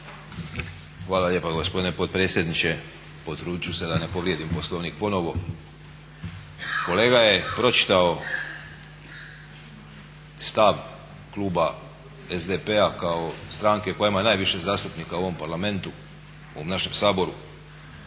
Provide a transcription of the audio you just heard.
Hvala lijepa gospodine potpredsjedniče. Potrudit ću se da ne povrijedim Poslovnik ponovno. Kolega je pročitao stav kluba SDP-a kao stranke koja ima najviše zastupnika u ovom Parlamentu, u ovom našem Saboru